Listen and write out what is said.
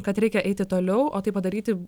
kad reikia eiti toliau o tai padaryti